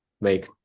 make